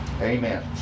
Amen